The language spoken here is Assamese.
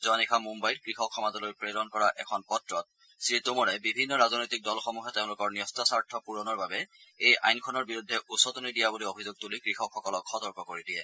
যোৱা নিশা মুমাইত কৃষকসমাজলৈ প্ৰেৰণ কৰা এখন পত্ৰত শ্ৰীটোমৰে বিভিন্ন ৰাজনৈতিক দলসমূহে তেওঁলোকৰ ন্যস্তস্বাৰ্থ পূৰণৰ বাবে এই আইনখনৰ বিৰুদ্ধে উচটনি দিয়া বুলি অভিযোগ তূলি কৃষকসকলক সতৰ্ক কৰি দিয়ে